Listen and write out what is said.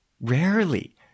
Rarely